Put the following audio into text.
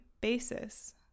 basis